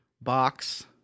box